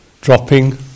dropping